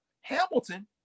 Hamilton